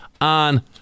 on